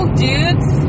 dudes